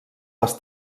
les